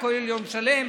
(חבר הכנסת עודד פורר יוצא מאולם המליאה).